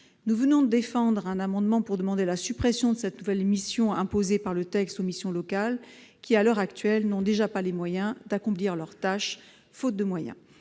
Nous venons de défendre un amendement visant à supprimer cette nouvelle mission imposée par le texte aux missions locales qui, à l'heure actuelle, n'ont déjà pas les moyens d'accomplir leurs tâches. Il nous